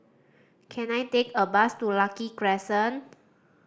can I take a bus to Lucky Crescent